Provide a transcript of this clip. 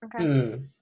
Okay